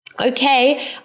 okay